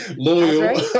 Loyal